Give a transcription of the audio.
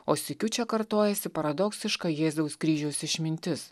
o sykiu čia kartojasi paradoksiška jėzaus kryžiaus išmintis